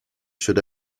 should